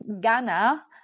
Ghana